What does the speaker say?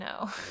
No